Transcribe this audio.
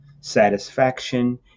satisfaction